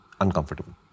uncomfortable